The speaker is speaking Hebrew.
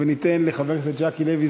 וניתן לחבר הכנסת ז'קי לוי,